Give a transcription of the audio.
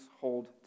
hold